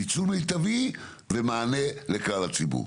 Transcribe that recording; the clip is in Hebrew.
ניצול מיטבי ומענה לכלל הציבור.